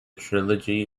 trilogy